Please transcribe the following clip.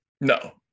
No